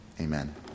Amen